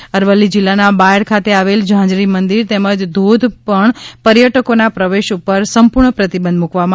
ઝાંઝરી બંધ અરવલ્લી જિલ્લાના બાયડ ખાતે આવેલ ઝાંઝરી મંદિર તેમજ ધોધ પર પર્યટકોના પ્રવેશ ઉપર સંપૂર્ણ પ્રતિબંધ મુકવામાં આવ્યો છે